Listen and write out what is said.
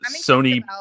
Sony